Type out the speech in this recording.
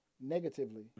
negatively